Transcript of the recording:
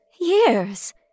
Years